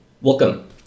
Welcome